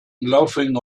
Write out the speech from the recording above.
laughing